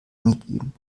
angegeben